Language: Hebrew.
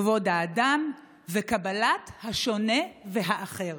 כבוד האדם וקבלת השונה והאחר.